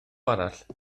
arall